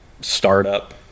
startup